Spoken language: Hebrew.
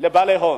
לבעלי הון.